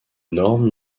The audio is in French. norme